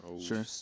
Sure